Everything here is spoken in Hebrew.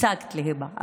השגת להיבה,